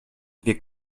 wir